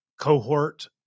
cohort